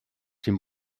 dem